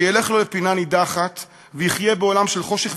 שילך לו לפינה נידחת ויחיה בעולם של חושך,